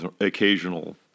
occasional